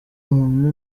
umuntu